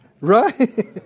Right